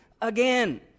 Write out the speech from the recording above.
again